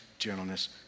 Gentleness